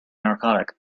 narcotic